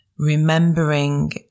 remembering